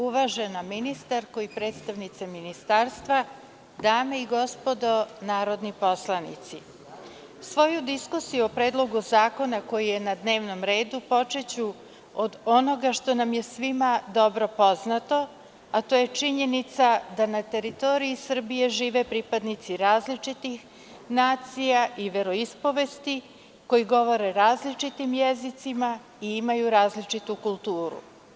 Uvažena ministarko i predstavnici ministarstva, dame i gospodo narodni poslanici, svoju diskusiju o Predlogu zakona koji je na dnevnom redu počeću od onoga što nam je svima dobro poznato, a to je činjenica da na teritoriji Srbije žive pripadnici različitih nacija i veroispovesti, koji govore različitim jezicima i imaju različitu kulturu.